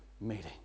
meeting